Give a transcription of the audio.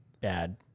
bad